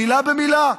מילה במילה,